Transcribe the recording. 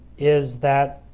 is that